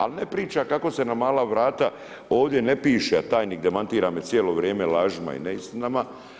A ne priča kako se na mala vrata ovdje ne piše a tajnik demantira me cijelo vrijeme lažima i neistinama.